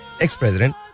ex-president